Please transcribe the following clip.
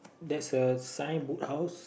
that's a sign Book House